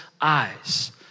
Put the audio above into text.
eyes